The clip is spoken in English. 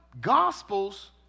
Gospels